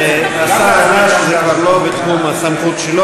השר ענה שזה כבר לא בתחום הסמכות שלו.